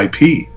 IP